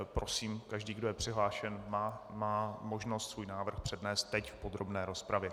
Prosím, každý, kdo je přihlášen, má možnost svůj návrh přednést teď v podrobné rozpravě.